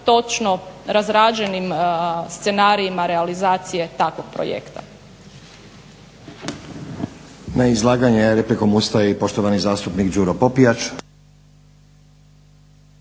točno razrađenim scenarijima realizacije takvog projekta.